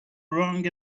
wrong